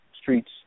streets